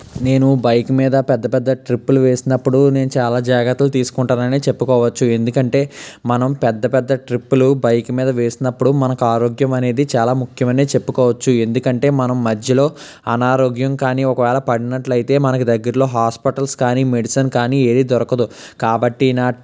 నేను బైక్ మీద పెద్ద పెద్ద ట్రిప్పులు వేసినప్పుడు నేను చాలా జాగ్రత్తలు తీసుకుంటానని చెప్పుకోవచ్చు ఎందుకంటే మనం పెద్ద పెద్ద ట్రిప్పులు బైక్ మీద వేసినప్పుడు మనకు ఆరోగ్యం అనేది చాలా ముఖ్యమని చెప్పుకోవచ్చు ఎందుకంటే మనం మధ్యలో అనారోగ్యం కానీ ఒకవేళ పడినట్లు అయితే మనకు దగ్గరలో హాస్పిటల్స్ కానీ మెడిసిన్ కానీ ఏది దొరకదు కాబట్టి నా